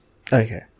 Okay